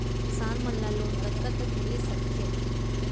किसान मन ला लोन कतका तक मिलिस सकथे?